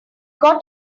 got